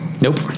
Nope